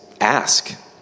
ask